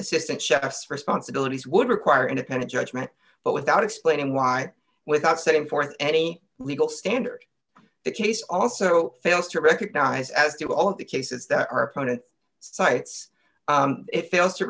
assistantships responsibilities would require independent judgment but without explaining why without setting forth any legal standard that case also fails to recognize as do all of the cases that our opponent cites it fails to